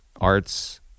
arts